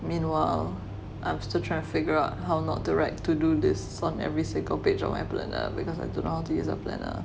meanwhile I'm still trying to figure out how not to do this on every single page of my planner or because I don't know how to use a planner